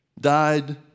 died